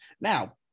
Now